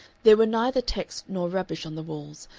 there were neither texts nor rubbish on the walls,